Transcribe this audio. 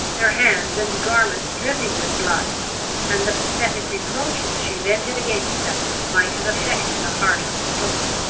their hands and garments dropping with blood and the pathetic reproaches she vented against them might have affected a heart of stone.